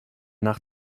nach